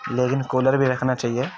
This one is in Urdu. لیکن کولر بھی رکھنا چاہیے